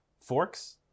forks